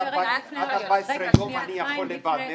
עד 14 יום אני יכול לבד,